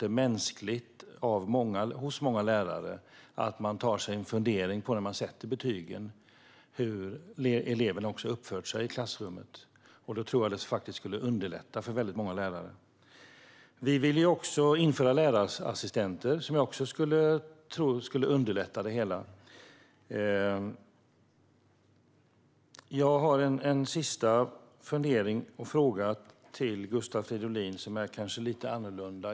Det är mänskligt att lärare, när de sätter betyg, också funderar på hur eleven har uppfört sig i klassrummet. Därför skulle ordningsbetyg underlätta för många lärare. Vi vill införa lärarassistenter. Det skulle också kunna underlätta. Jag har en sista fundering och fråga till Gustav Fridolin. Den är kanske lite annorlunda.